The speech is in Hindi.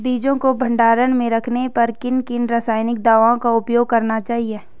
बीजों को भंडारण में रखने पर किन किन रासायनिक दावों का उपयोग करना चाहिए?